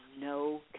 no